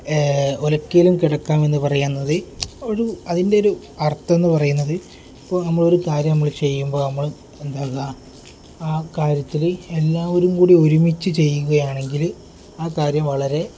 ഉലക്കയിലും കിടക്കാമെന്ന് പറയുന്നത് ഒരു അതിൻ്റെ ഒരു അർഥം എന്ന് പറയുന്നത് ഇപ്പോൾ നമ്മൾ ഒരു കാര്യം നമ്മൾ ചെയ്യുമ്പോൾ നമ്മൾ എന്താക്കുക ആ കാര്യത്തിൽ എല്ലാവരും കൂടി ഒരുമിച്ചു ചെയ്യുകയാണെങ്കിൽ ആ കാര്യം വളരെ